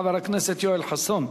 חבר הכנסת יואל חסון,